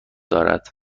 دارد